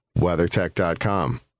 WeatherTech.com